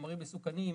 חומרים מסוכנים,